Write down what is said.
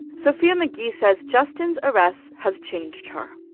sophia mcgee says justin's arrest has changed her.